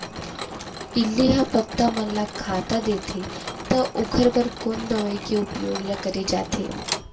इल्ली ह पत्ता मन ला खाता देथे त ओखर बर कोन दवई के उपयोग ल करे जाथे?